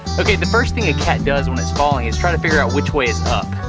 ok the first thing a cat does when it's falling is try to figure out which way is up.